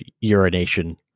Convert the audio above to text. urination